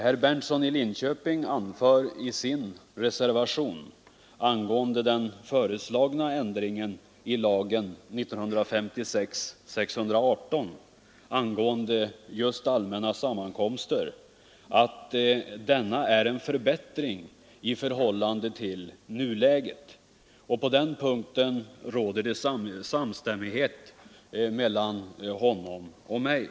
Herr Berndtson i Linköping anför i sin reservation beträffande den föreslagna ändringen i lagen 1956:618 angående allmänna sammankomster att denna ändring är en förbättring i förhållande till nuläget. På den punkten råder det samstämmighet mellan honom och mig.